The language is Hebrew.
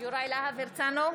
יוראי להב הרצנו,